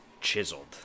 chiseled